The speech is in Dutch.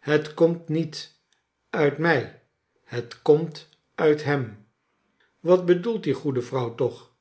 het komt niet uit mij het komt uit hem wat bedoelt die goede vrouw toch